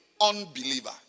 unbeliever